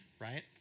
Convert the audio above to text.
Right